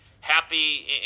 happy